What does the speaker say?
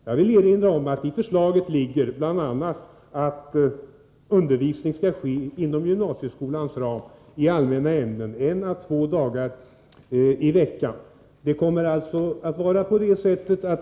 Jag vill erinra om att förslaget bl.a. innebär att undervisningen i allmänna ämnen skall ske inom gymnasieskolans ram en å två dagar i veckan.